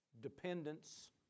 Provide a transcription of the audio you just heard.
dependence